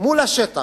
מול השטח,